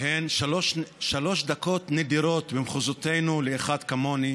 הן שלוש דקות נדירות במחוזותינו לאחד כמוני,